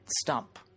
stump